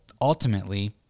ultimately